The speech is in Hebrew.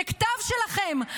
זה כתב שלכם.